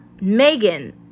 Megan